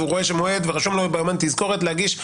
רשומה לו תזכורת ביומן להגיש,